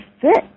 fit